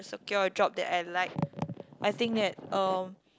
secure a job that I like I think that um